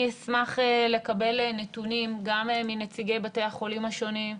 אני אשמח לקבל נתונים גם מנציגי בתי החולים השונים,